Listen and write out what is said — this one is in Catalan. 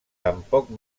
tampoc